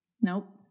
nope